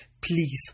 Please